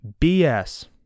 BS